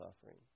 suffering